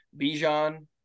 Bijan